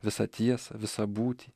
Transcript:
visą tiesą visą būtį